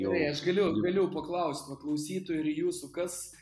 gerai aš galiu galiu paklaust va klausytojų ir jūsų kas